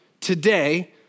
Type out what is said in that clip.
today